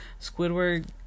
squidward